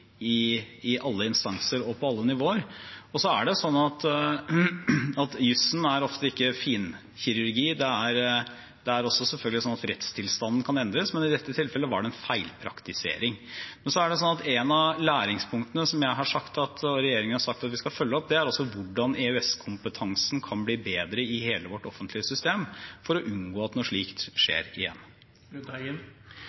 alle instanser og på alle nivåer. Så er det sånn at jussen ofte ikke er finkirurgi. Det er selvfølgelig også sånn at rettstilstanden kan endres, men i dette tilfellet var det en feilpraktisering. Men et av læringspunktene jeg og regjeringen har sagt at vi skal følge opp, er hvordan EØS-kompetansen kan bli bedre i hele vårt offentlige system for å unngå at noe slikt